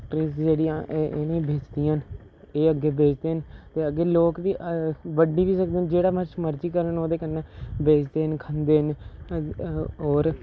factories जेह्ड़िया इ'नेंगी बेचदियां न एह् अग्गें बेचदे न ते अग्गें लोग बी बंडी बी सकदे न जेह्ड़ा किश मर्ज़ी करन ओह्दे कन्नै बेचदे न खंदे न होर